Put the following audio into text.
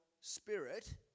spirit